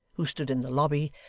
who stood in the lobby,